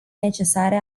necesare